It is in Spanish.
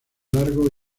largo